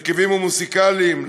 ההרכבים המוזיקליים,